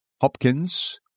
Hopkins